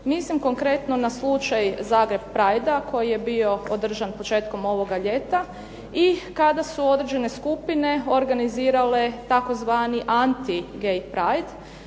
Mislim konkretno na slučaj "Zagreb Pride-a" koji je bio održan početkom ovoga ljeta i kada su određene skupine organizirale tzv. "Anti-gay pride".